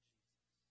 Jesus